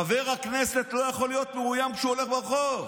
חבר הכנסת לא יכול להיות מאוים כשהוא הולך ברחוב.